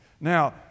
Now